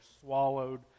swallowed